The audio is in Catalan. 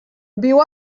viu